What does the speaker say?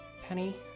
Penny